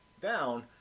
down